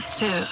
two